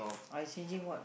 I changing what